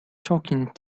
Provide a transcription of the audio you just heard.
talking